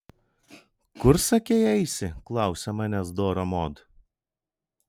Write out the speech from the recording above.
kur sakei eisi klausia manęs dora mod